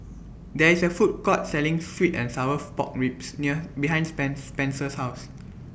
There IS A Food Court Selling Sweet and Sour Pork Ribs near behind Spenser's House